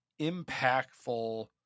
impactful